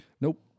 Nope